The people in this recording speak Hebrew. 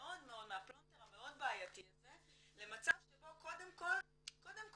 מהפלונטר המאוד בעייתי הזה למצב שבו קודם כל שחררו,